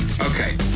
okay